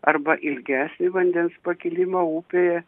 arba ilgesnį vandens pakilimą upėje